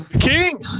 King